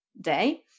day